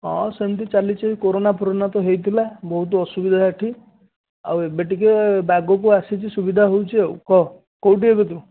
ହଁ ସେମିତି ଚାଲିଛି କୋରନା ଫୋରନା ତ ହଅଇଥିଲା ବହୁତ ଅସୁବିଧା ଏଇଠି ଆଉ ଏବେ ଟିକିଏ ବାଗକୁ ଆସିଛି ସୁବିଧା ହେଉଛି ଆଉ କହ କେଉଁଠି ଏବେ ତୁ